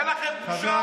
כן.